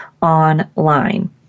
online